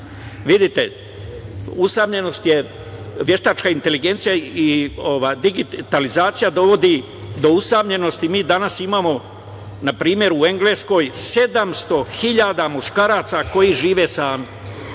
usamljenost je, veštačka inteligencija i digitalizacija dovodi do usamljenosti. Mi danas imamo npr. u Engleskoj 700.000 muškaraca koji žive sami.